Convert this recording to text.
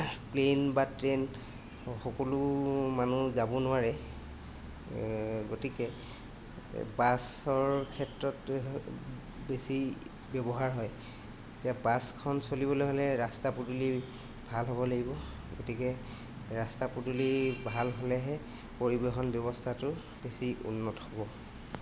plain বা train সকলো মানুহ যাব নোৱাৰে গতিকে বাছৰ ক্ষেত্ৰতহে বেছি ব্যৱহাৰ হয় এতিয়া বাছখন চলিবলৈ হ'লে ৰাস্তা পদূলি ভাল হ'ব লাগিব গতিকে ৰাস্তা পদূলি ভাল হ'লেহে পৰিৱহণ ব্যৱস্থাটো বেছি উন্নত হ'ব